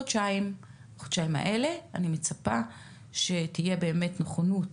בחודשיים האלה אני מצפה שתהיה באמת נכונות